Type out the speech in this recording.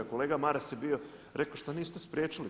Kolega Maras je bio rekao, što niste spriječili.